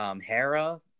Hera